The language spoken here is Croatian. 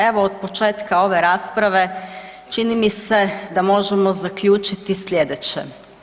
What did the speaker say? Evo, od početka ove rasprave čini mi se da možemo zaključiti sljedeće.